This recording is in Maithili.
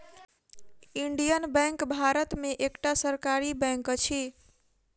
इंडियन बैंक भारत में एकटा सरकारी बैंक अछि